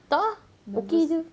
tak lah okay jer